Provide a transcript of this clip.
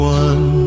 one